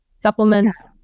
supplements